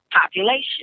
population